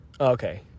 okay